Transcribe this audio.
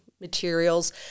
materials